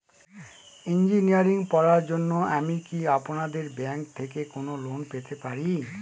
Engineering পড়ার জন্য আমি কি আপনাদের ব্যাঙ্ক থেকে কোন লোন পেতে পারি?